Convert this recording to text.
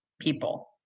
people